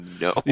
no